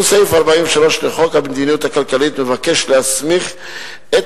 תיקון סעיף 43 לחוק המדיניות הכלכלית מבקש להסמיך את